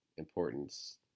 importance